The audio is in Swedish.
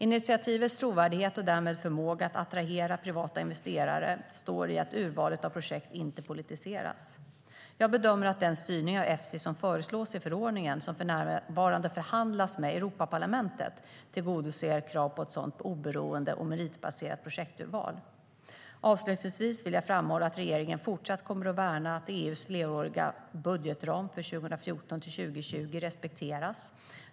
Initiativets trovärdighet och därmed förmåga att attrahera privata investerare består i att urvalet av projekt inte politiseras. Avslutningsvis vill jag framhålla att regeringen även fortsättningsvis kommer att värna att EU:s fleråriga budgetram för 2014-2020 respekteras.